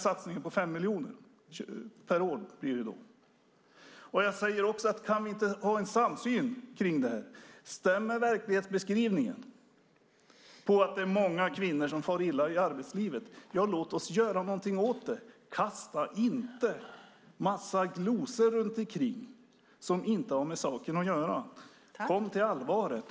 Satsningen på 5 miljoner per år är jättebra. Kan vi inte ha en samsyn i detta? Stämmer verklighetsbeskrivningen att många kvinnor far illa i arbetslivet? Låt oss då göra något åt det. Kasta inte omkring en massa glosor som inte har med saken att göra. Kom till allvaret!